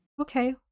Okay